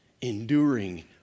enduring